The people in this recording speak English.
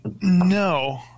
No